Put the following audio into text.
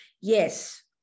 Yes